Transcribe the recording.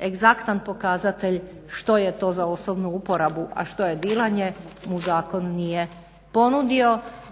egzaktan pokazatelj što je to za osobnu uporabu a što je dilanje u zakon nije ponudio.